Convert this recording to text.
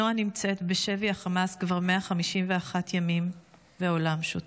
נועה נמצאת בשבי חמאס כבר 151 ימים, והעולם שותק.